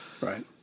Right